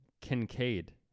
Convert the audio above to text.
Kincaid